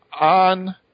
on